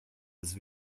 this